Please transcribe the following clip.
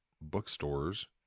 bookstores